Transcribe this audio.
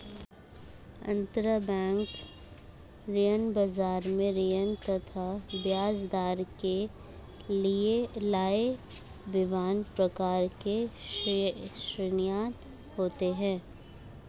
अंतरबैंक ऋण बाजार में ऋण तथा ब्याजदर के लिए विभिन्न प्रकार की श्रेणियां होती है